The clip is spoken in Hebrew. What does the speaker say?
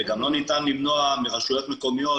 וגם לא ניתן למנוע מרשויות מקומיות,